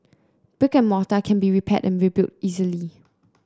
brick and mortar can be repaired and rebuilt easily